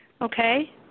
Okay